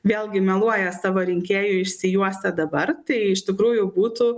vėlgi meluoja savo rinkėjui išsijuosę dabar tai iš tikrųjų būtų